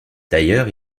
d’ailleurs